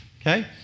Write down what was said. Okay